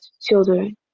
children